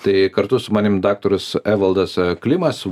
tai kartu su manim daktaras evaldas klimas